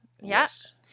Yes